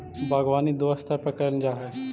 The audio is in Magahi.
बागवानी दो स्तर पर करल जा हई